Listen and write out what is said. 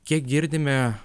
kiek girdime